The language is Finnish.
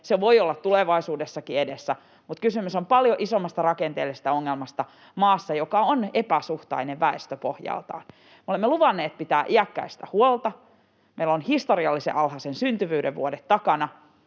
Se voi olla tulevaisuudessakin edessä. Kysymys on paljon isommasta rakenteellisesta ongelmasta maassa, joka on epäsuhtainen väestöpohjaltaan. Olemme luvanneet pitää iäkkäistä huolta, meillä on historiallisen alhaisen syntyvyyden vuodet takana,